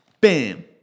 Bam